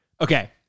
Okay